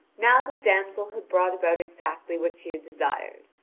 now the damsel has brought about exactly what she had desired.